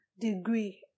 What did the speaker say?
degree